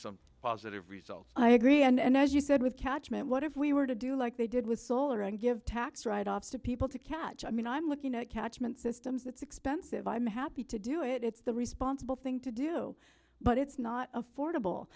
some positive results i agree and as you said with catchment what if we were to do like they did with solar and give tax write offs to people to catch i mean i'm looking at catchment systems that's expensive i'm happy to do it it's the responsible thing to do but it's not affordable